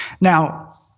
Now